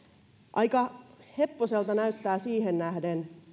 aika heppoiselta näyttävät siihen nähden